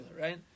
right